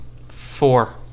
Four